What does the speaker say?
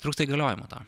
trūksta įgaliojimų tam